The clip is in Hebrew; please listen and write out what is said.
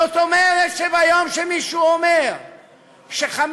זאת אומרת שביום שמישהו אומר ש-15,000